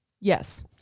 Yes